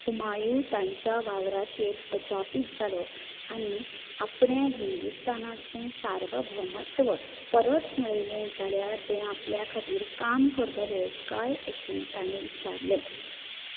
हुमायू तांच्या वावराचेर अजापीत जालो आनी आपणें हिंदुस्तानाचें सार्वभौमत्व परत मेळयलें जाल्यार ते आपल्या खातीर काम करतले काय अशें ताणें विचारलें